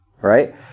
right